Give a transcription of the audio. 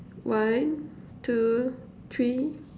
one two three